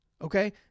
Okay